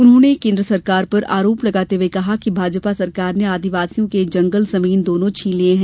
उन्होंने केन्द्र सरकार पर आरोप लगाते हुए कहा कि भाजपा सरकार ने आदिवासियों के जंगल जमीन दोनो छीन लिये है